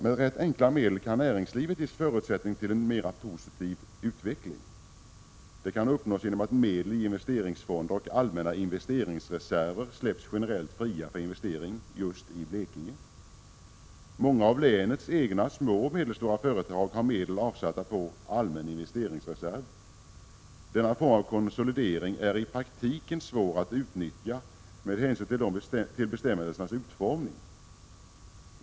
Med rätt enkla medel kan näringslivet ges förutsättningar till en positiv utveckling. Det kan uppnås genom att medel i investeringsfonder och allmänna investeringsreserver generellt släpps fria för investeringar just i Blekinge. Många av länets egna små och medelstora företag har avsatt medel i en allmän investeringsreserv. Denna form av konsolidering är i praktiken svår att utnyttja med hänsyn till bestämmelsernas utformning.